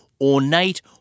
ornate